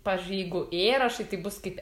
pažiui jeigu ė rašai tai bus kaip